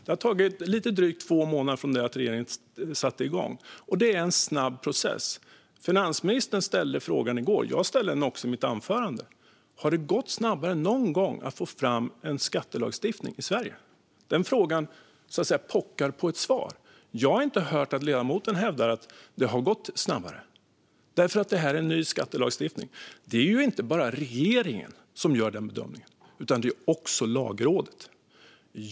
Det har tagit lite drygt två månader från det att regeringen satte igång; det är en snabb process. Finansministern ställde frågan i går, och jag ställde den också i mitt anförande: Har det någon gång gått snabbare att få fram en skattelagstiftning i Sverige? Den frågan pockar på ett svar. Jag har inte hört ledamoten hävda att det någonsin har gått snabbare. Det här är ju ny skattelagstiftning. Det är inte bara regeringen som gör denna bedömning utan också Lagrådet.